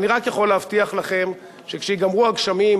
ואני רק יכול להבטיח לכם שכשייגמרו הגשמים,